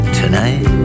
tonight